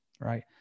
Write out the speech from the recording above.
right